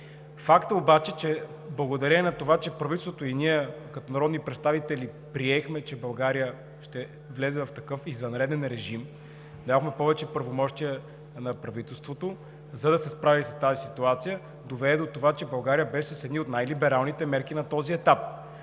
Факт е обаче, че благодарение на това, че правителството и ние като народни представители приехме, че България ще влезе в такъв извънреден режим – явно повече правомощия на правителството, за да се справи с тази ситуация, доведе до това, че България беше с едни от най-либералните мерки на този етап.